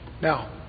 Now